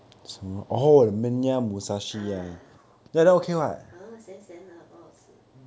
ah !eeyer! 咸咸的不好吃